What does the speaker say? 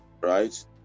Right